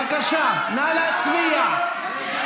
בבקשה, נא להצביע.